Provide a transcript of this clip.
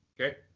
Okay